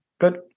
Good